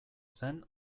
zen